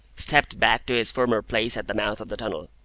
stepped back to his former place at the mouth of the tunnel.